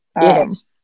Yes